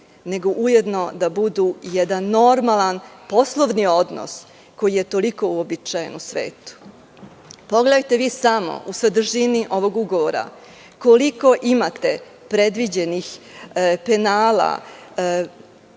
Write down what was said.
nego ujedno da budu jedan normalan poslovni odnos koji je toliko uobičajen u svetu. Pogledajte samo u sadržini ovog ugovora koliko imate predviđenih penala,